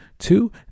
Two